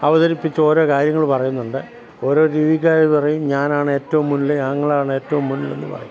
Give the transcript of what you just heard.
അവതരിപ്പിച്ച് ഓരോ കാര്യങ്ങൾ പറയുന്നുണ്ട് ഓരോ ടി വിക്കാർ പറയും ഞാനാണ് ഏറ്റവും മുന്നിൽ ഞങ്ങളാണ് ഏറ്റവും മുന്നിലെന്ന് പറയും